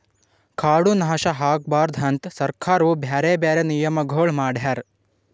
ಕಾಡು ನಾಶ ಆಗಬಾರದು ಅಂತ್ ಸರ್ಕಾರವು ಬ್ಯಾರೆ ಬ್ಯಾರೆ ನಿಯಮಗೊಳ್ ಮಾಡ್ಯಾರ್